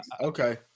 okay